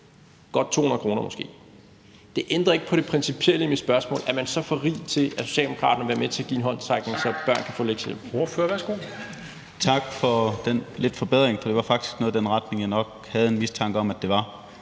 godt 200 kr. Det ændrer ikke på det principielle i mit spørgsmål: Er man så for rig til, at Socialdemokraterne vil være med til at give en håndsrækning, så børn kan få